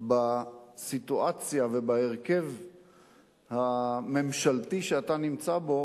בסיטואציה ובהרכב הממשלתי שאתה נמצא בו